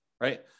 right